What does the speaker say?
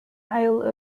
isle